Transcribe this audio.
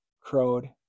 crowed